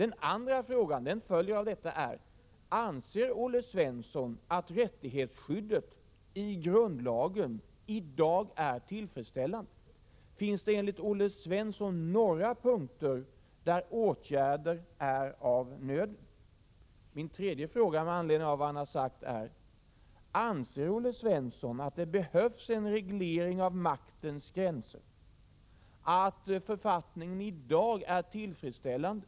En fråga som följer av detta är om Olle Svensson anser att rättighetsskyddet i grundlagen i dag är tillfredsställande. Finns det enligt Olle Svensson några punkter där åtgärder är av nöden? Ytterligare en fråga blir då om Olle Svensson anser att det behövs en reglering av maktens gränser. Är författningen i dag tillfredsställande?